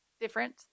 different